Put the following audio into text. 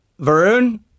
Varun